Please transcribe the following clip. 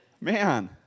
Man